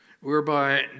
whereby